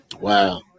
Wow